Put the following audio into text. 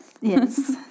Yes